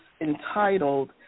entitled